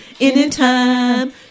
Anytime